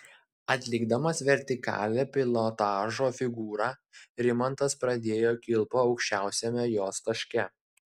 atlikdamas vertikalią pilotažo figūrą rimantas pradėjo kilpą aukščiausiame jos taške